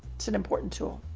it's an important tool,